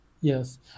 Yes